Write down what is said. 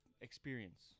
experience